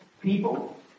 people